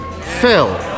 Phil